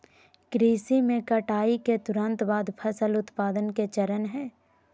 कृषि में कटाई के तुरंत बाद फसल उत्पादन के चरण हइ